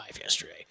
yesterday